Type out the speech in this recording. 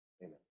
Amen